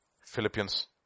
Philippians